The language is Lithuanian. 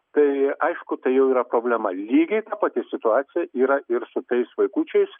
tai aišku tai jau yra problema lygiai ta pati situacija yra ir su tais vaikučiais